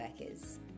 workers